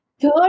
Third